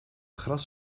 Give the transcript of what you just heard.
gras